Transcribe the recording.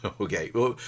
okay